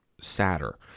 sadder